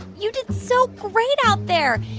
you did so great out there.